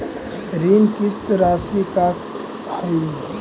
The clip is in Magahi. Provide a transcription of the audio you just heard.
ऋण किस्त रासि का हई?